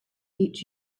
each